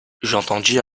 j’entendis